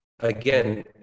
Again